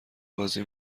بازی